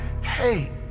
hey